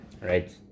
right